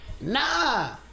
nah